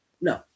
No